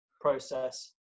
process